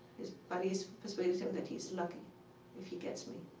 his buddies, persuaded him that he's lucky if he gets me.